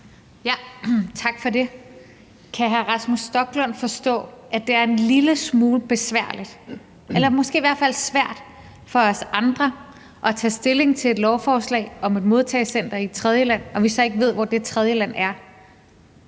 Tak for det. Kan hr. Rasmus Stoklund forstå, at det er en lille smule besværligt eller måske i hvert fald svært for os andre at tage stilling til et lovforslag om et modtagecenter i et tredjeland, når vi ikke ved, hvor det tredjeland er?